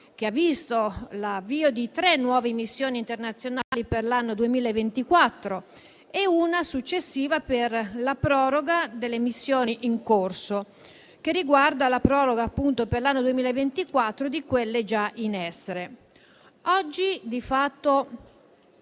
che ha visto l'avvio di tre nuove missioni internazionali per l'anno 2024, e una successiva per la proroga delle missioni in corso che riguarda la proroga, appunto, per l'anno 2024 di quelle già in essere. Oggi, di fatto,